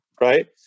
right